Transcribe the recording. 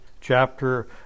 chapter